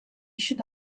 should